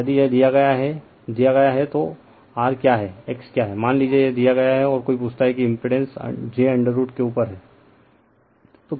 तो यदि यह दिया गया है दिया गया है तो r क्या है x क्या है मान लीजिए यह दिया गया है और कोई पूछता है कि इम्पिड़ेंस j√ के ऊपर है